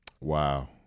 Wow